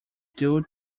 due